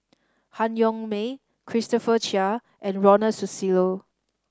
Han Yong May Christopher Chia and Ronald Susilo